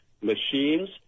machines